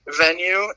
venue